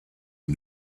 and